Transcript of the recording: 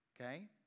Okay